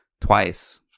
twice